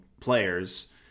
players